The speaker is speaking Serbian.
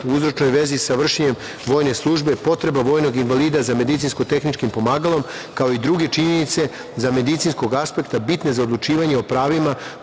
u uzročnoj vezi sa vršenjem vojne službe, potreba vojnog invalida za medicinsko-tehničkim pomagalom, kao i druge činjenice sa medicinskog aspekta bitne za odlučivanje o pravima